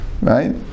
right